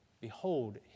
behold